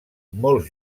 molts